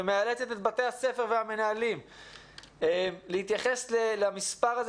ומאלצת את בתי הספר והמנהלים להתייחס למספר הזה